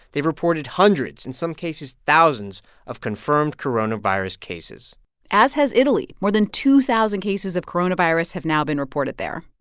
they've reported hundreds, in some cases thousands of confirmed coronavirus cases as has italy more than two thousand cases of coronavirus have now been reported there.